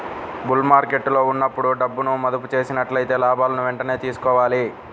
bull మార్కెట్టులో ఉన్నప్పుడు డబ్బును మదుపు చేసినట్లయితే లాభాలను వెంటనే తీసుకోవాలి